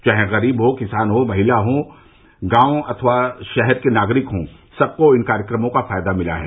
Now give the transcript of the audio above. चाहे गरीब हों किसान हों महिला हों या गांव अथवा शहर के नागरिक हों सबको इन कार्यक्रमों का फायदा मिला है